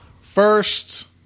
First